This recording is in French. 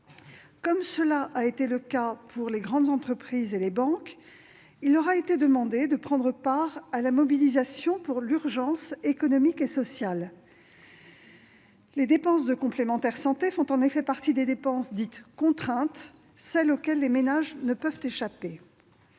Comme aux grandes entreprises et aux banques, il leur a demandé de prendre part à la mobilisation pour l'urgence économique et sociale. Les dépenses de complémentaires santé font en effet partie des dépenses dites « contraintes », celles auxquelles les ménages ne peuvent échapper.